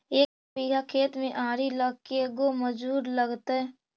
एक बिघा खेत में आरि ल के गो मजुर लगतै?